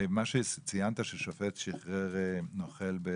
ומה שציינת, ששופט שיחרר נוכל.